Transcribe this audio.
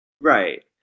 Right